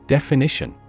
Definition